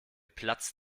platzt